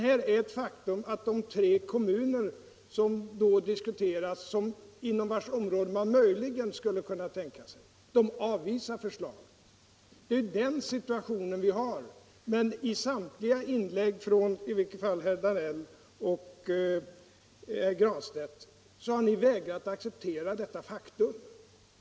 Här är ett faktum att de tre kommuner som diskuterats och inom vilkas områden man möjligen skulle kunna tänka sig anläggningen, avvisar förslaget. Det är den situationen vi har. Men i samtliga inlägg från i varje fall herrar Danell och Granstedt har ni vägrat att acceptera detta faktum.